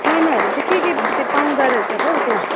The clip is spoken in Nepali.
खानाहरू चाहिँ के के पाउँदोरहेछ त हौ त्यहाँ